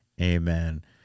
Amen